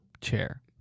chair